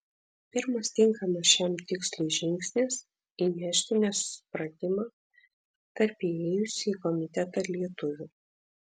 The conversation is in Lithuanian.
pirmas tinkamas šiam tikslui žingsnis įnešti nesusipratimą tarp įėjusių į komitetą lietuvių